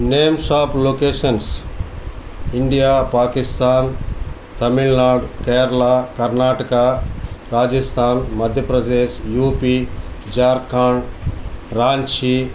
names of locations India Pakistan Tamil Nadu Kerala Karnataka Rajasthan Madhya Pradesh U P Jharkhand Ranchi